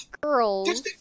girls